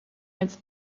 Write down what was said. met